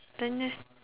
them N